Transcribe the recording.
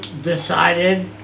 decided